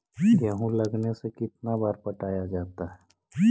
गेहूं लगने से कितना बार पटाया जाता है?